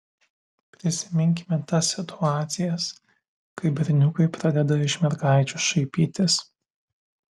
prisiminkime tas situacijas kai berniukai pradeda iš mergaičių šaipytis